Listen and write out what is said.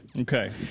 Okay